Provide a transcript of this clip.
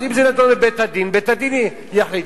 אז אם נדון בבית-הדין, בית-הדין יחליט.